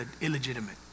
illegitimate